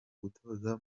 gutoza